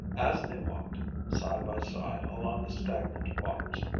as they walked side by side along the stagnant waters,